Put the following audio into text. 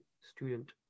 student